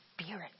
spirit